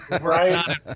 Right